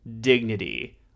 dignity